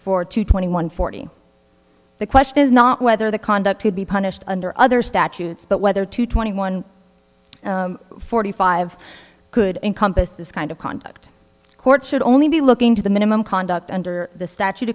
for two twenty one forty the question is not whether the conduct should be punished under other statutes but whether two twenty one forty five could encompass this kind of conduct courts should only be looking to the minimum conduct under the statute